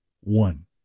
One